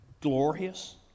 glorious